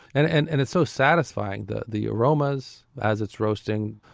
and and and it's so satisfying the the aromas as it's roasting,